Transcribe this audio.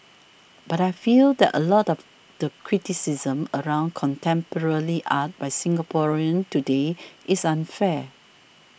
but I feel that a lot of the criticism around contemporary art by Singaporeans today is unfair